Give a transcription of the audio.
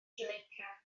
jamaica